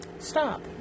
stop